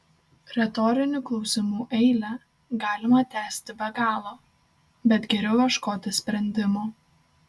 retorinių klausimų eilę galima tęsti be galo bet geriau ieškoti sprendimo